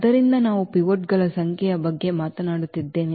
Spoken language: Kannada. ಆದ್ದರಿಂದ ನಾವು ಪಿವೋಟ್ಗಳ ಸಂಖ್ಯೆಯ ಬಗ್ಗೆ ಮಾತನಾಡುತ್ತಿದ್ದೇವೆ